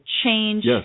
change